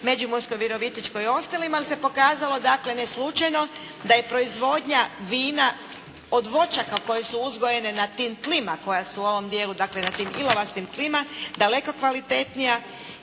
Međimurskoj, Virovitičkoj i ostalima se pokazalo ne slučajno da je proizvodnja vina od voćaka koje su uzgojene na tim tlima koja su u ovom dijelu, dakle ilovastim tlima daleko kvalitetnija.